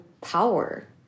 power